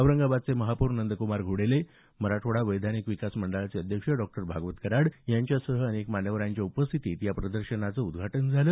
औरंगाबादचे महापौर नंद्कुमार घोडेले मराठवाडा वैधानिक विकास मंडळाचे अध्यक्ष डॉ भागवत कराड यांच्यासह अनेक मान्यवरांच्या उपस्थितीत या प्रदर्शनाचं उद्घाटन झालं